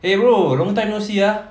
eh bro long time no see ah